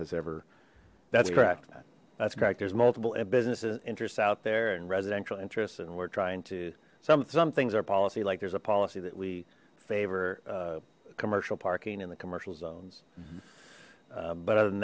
has ever that's correct that's correct there's multiple and business's interests out there and residential interests and we're trying to sum some things our policy like there's a policy that we favor commercial parking in the commercial zones but other than